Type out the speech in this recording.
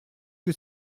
que